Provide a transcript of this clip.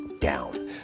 down